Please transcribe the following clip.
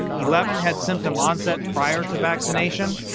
eleven had symptom onset prior to vaccination,